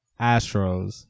Astros